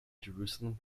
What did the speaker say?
jerusalem